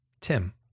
Tim